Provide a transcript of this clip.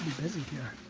busy here.